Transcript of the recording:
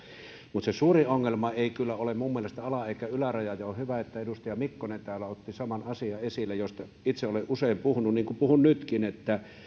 mutta se suurin ongelma ei kyllä ole minun mielestäni ala eikä yläraja ja on hyvä että edustaja mikkonen täällä otti esille saman asian josta itse olen usein puhunut niin kuin puhun nytkin